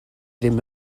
ddim